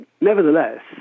Nevertheless